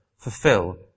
fulfill